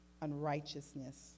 unrighteousness